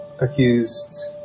accused